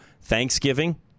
Thanksgiving